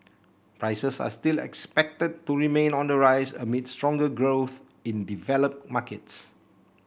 prices are still expected to remain on the rise amid stronger growth in developed markets